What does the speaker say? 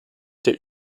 der